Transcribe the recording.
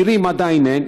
בנירים עדיין אין.